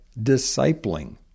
discipling